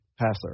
passer